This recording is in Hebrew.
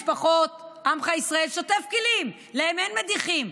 משפחות עמך ישראל שוטפות כלים, להם אין מדיחים,